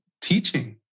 teaching